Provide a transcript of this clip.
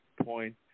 point